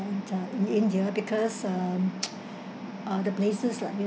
and uh in india because um uh the places lah